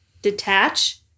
detach